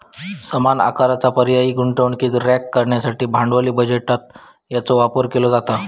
समान आकाराचा पर्यायी गुंतवणुकीक रँक करण्यासाठी भांडवली बजेटात याचो वापर केलो जाता